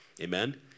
amen